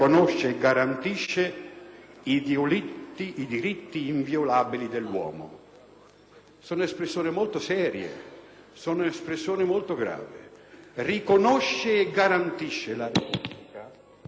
Sono espressioni molto serie, sono espressioni molto gravi. «Riconosce e garantisce» significa che la Repubblica non li crea questi diritti inviolabili dell'uomo,